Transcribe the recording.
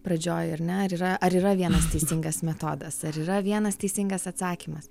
pradžioj ar ne ar yra ar yra vienas teisingas metodas ar yra vienas teisingas atsakymas